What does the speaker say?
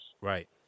Right